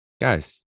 guys